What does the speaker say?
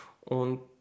Und